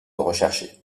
recherchée